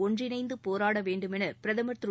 ஒன்றிணைந்து போராட வேண்டுமென பிரதமர் திரு